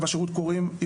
לא אבחונים.